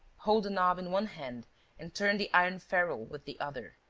hold the knob in one hand and turn the iron ferrule with the other.